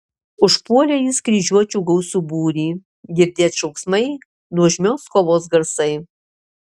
užpuolė jis kryžiuočių gausų būrį girdėt šauksmai nuožmios kovos garsai